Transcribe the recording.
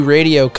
Radio